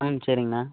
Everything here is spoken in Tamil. ஆ சரிங்கண்ணா